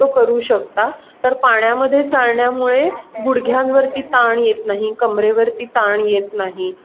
तो करू शकता तर पाण्यामध्ये चालण्यामुळे गुडघ्यांवरती ताण येत नाही कमरेवरती ताण येत नाही